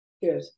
Good